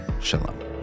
Shalom